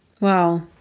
Wow